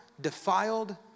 defiled